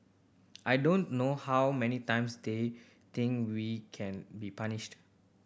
I don't know how many times they think we can be punished